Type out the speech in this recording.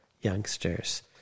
youngsters